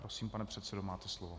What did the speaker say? Prosím, pane předsedo, máte slovo.